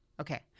Okay